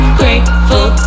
grateful